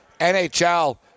NHL